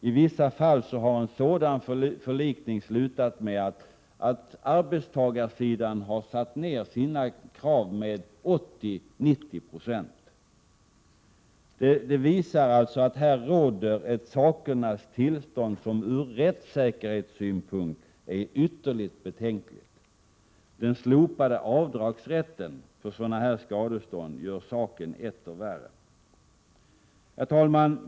I vissa fall har förlikningen slutat med att arbetstagarsidan har satt ned sina krav med 80-90 96. Det visar att här råder ett sakernas tillstånd som ur rättssäkerhetssynpunkt är ytterligt betänkligt. Slopandet av rätten till avdrag för sådana skadestånd gör saken etter värre. Herr talman!